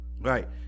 Right